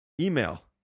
Email